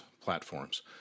platforms